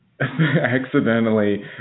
accidentally